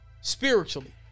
Spiritually